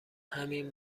همین